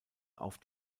auf